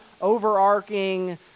overarching